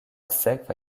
sekva